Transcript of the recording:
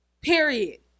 Period